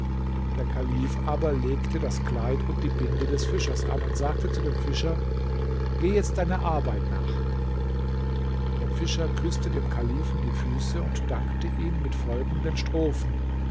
der kalif aber legte das kleid und die binde des fischers an und sagte zu dem fischer geh jetzt deiner arbeit nach der fischer küßte dem kalifen die füße und dankte ihm mit folgenden strophen